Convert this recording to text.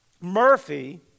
Murphy